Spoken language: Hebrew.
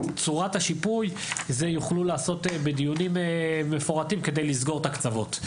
צורת השיפוי יוכלו לעשות בדיונים מפורטים כדי לסגור את הקצוות.